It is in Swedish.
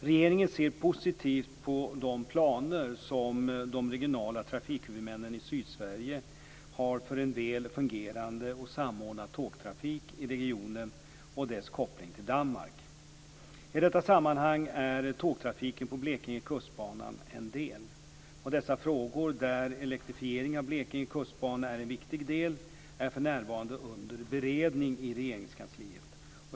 Regeringen ser positivt på de planer som de regionala trafikhuvudmännen i Sydsverige har för en väl fungerande och samordnad tågtrafik i regionen och dess koppling till Danmark. I detta sammanhang är tågtrafiken på Blekinge kustbana en del. Dessa frågor, där elektrifiering av Blekinge kustbana är en viktig del, är för närvarande under beredning i Regeringskansliet.